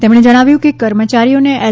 તેમણે જણાવ્યુંકે કર્મચારીઓને એલ